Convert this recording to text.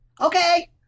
Okay